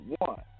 One